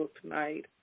tonight